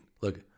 Look